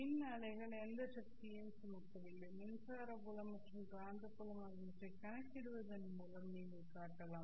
மின் அலைகள் எந்த சக்தியையும் சுமக்கவில்லை மின்சார புலம் மற்றும் காந்தப்புலம் ஆகியவற்றைக் கணக்கிடுவதன் மூலம் நீங்கள் காட்டலாம்